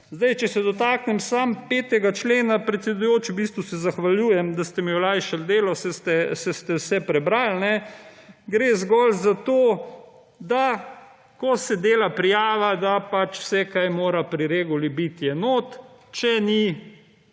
naprej. Če se dotaknem samo 5. člena, predsedujoči, v bistvu se zahvaljujem, da ste mi olajšali delo, saj ste vse prebrali. Gre zgolj za to, da ko se dela prijava, pač vse, kaj mora pri reguli biti, je noter. Če ni,